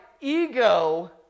ego